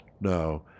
no